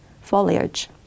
foliage